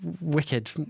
wicked